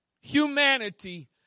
Humanity